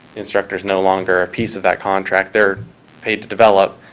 instructor is no longer a piece of that contract. they're paid to develop,